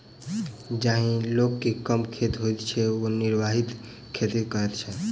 जाहि लोक के कम खेत होइत छै ओ निर्वाह खेती करैत छै